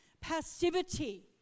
passivity